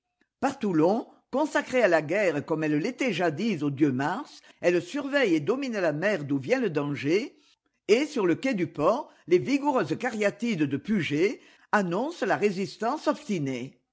par toulon consacrée à la guerre comme elle l'était jadis au dieu mars elle surveille et domine la mer d'où vient le danger et sur le quai du port les vigoureuses cariatides de puget annoncent la résistance obstinée